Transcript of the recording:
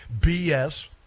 BS